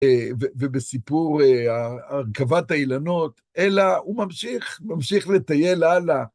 ובסיפור הרכבת האילנות, אלא הוא ממשיך, ממשיך לטייל הלאה.